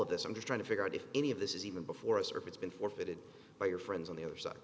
of this i'm just trying to figure out if any of this is even before a circus been forfeited by your friends on the other side